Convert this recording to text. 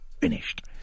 finished